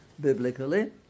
biblically